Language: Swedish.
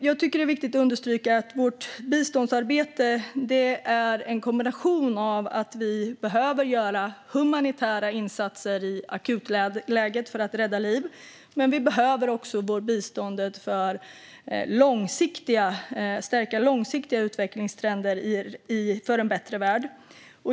Jag tycker att det är viktigt att understryka att vårt biståndsarbete är en kombination av att vi behöver göra humanitära insatser i akutläget för att rädda liv, men vi behöver också biståndet för att stärka långsiktiga utvecklingstrender för en bättre värld.